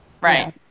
Right